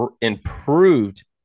improved –